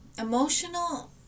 emotional